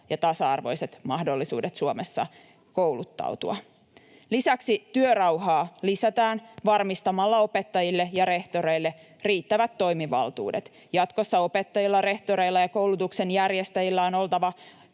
ja tasa-arvoiset mahdollisuudet Suomessa kouluttautua. Lisäksi työrauhaa lisätään varmistamalla opettajille ja rehtoreille riittävät toimivaltuudet. Jatkossa opettajilla, rehtoreilla ja koulutuksen järjestäjillä on oltava